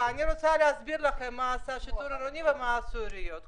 אני רוצה להסביר לכם מה עשה השיטור העירוני ומה עשו העיריות?